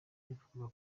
yavugaga